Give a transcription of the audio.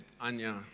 Anya